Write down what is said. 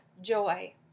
joy